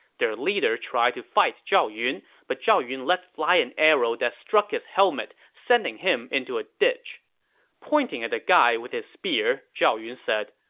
their leader tried to fight zhao yun, but zhao yun let fly an arrow that struck his helmet, sending him into a ditch pointing at the guy with his spear, zhao yun said,